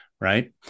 right